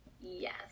yes